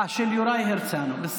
של יוראי הרצנו.